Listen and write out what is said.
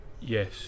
Yes